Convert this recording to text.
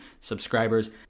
subscribers